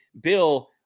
Bill